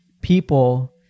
people